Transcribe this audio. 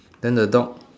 then the dog